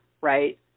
right